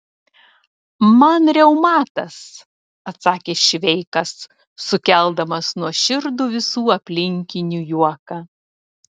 man reumatas atsakė šveikas sukeldamas nuoširdų visų aplinkinių juoką